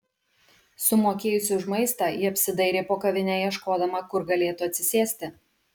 sumokėjusi už maistą ji apsidairė po kavinę ieškodama kur galėtų atsisėsti